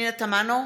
פנינה תמנו,